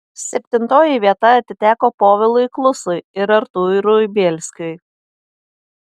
septintoji vieta atiteko povilui klusui ir artūrui bielskiui